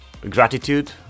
gratitude